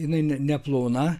jinai ne neplona